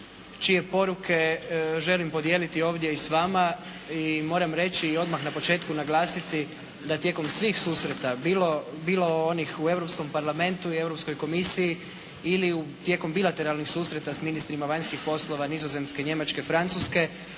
čije poruke želim podijeliti ovdje s vama i moram reći i odmah na početku naglasiti da tijekom svih susreta, bilo onih u Europskom parlamentu i Europskoj komisiji ili tijekom bilateralnih susreta s ministrima vanjskih poslova Nizozemske, Njemačke, Francuske,